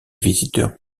visiteurs